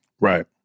Right